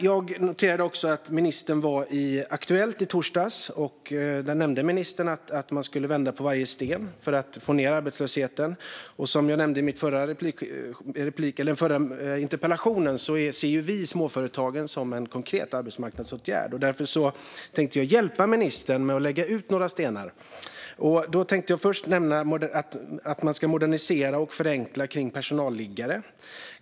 Jag noterade att ministern var med i Aktuellt i torsdags. Där nämnde ministern att man skulle vända på varje sten för att få ned arbetslösheten. Som jag nämnde i den förra interpellationen ser vi småföretagen som en konkret arbetsmarknadsåtgärd. Därför tänkte jag hjälpa ministern med att lägga ut några stenar. Man bör modernisera och förenkla när det gäller personalliggare.